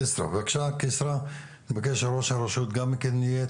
אני מבקש שראש הרשות גם כן יהיה.